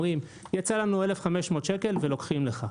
אומרים: יצא לנו 1,500 שקל ולוקחים לך.